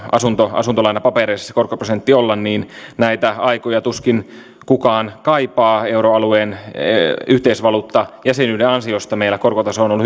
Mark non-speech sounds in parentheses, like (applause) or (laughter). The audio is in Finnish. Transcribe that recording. asuntolainapapereissa korkoprosentti olla ja näitä aikoja tuskin kukaan kaipaa euroalueen yhteisvaluuttajäsenyyden ansiosta meillä korkotaso on on (unintelligible)